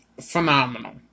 phenomenal